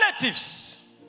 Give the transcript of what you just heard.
relatives